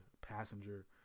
passenger